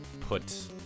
put